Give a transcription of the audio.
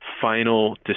final